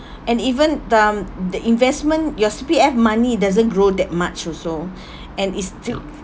and even um the investment your C_P_F money doesn't grow that much also and it's still